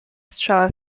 strzała